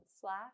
slash